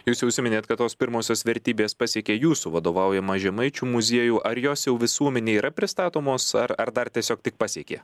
jūs jau užsiminėt kad tos pirmosios vertybės pasiekė jūsų vadovaujamą žemaičių muziejų ar jos jau visuomenei yra pristatomos ar ar dar tiesiog tik pasiekė